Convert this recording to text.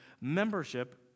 membership